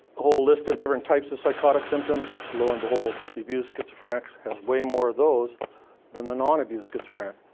whole list of different types of psychotic symptoms. lo and behold, the abused schizophrenics has way more of those than the non-abused schizophrenic.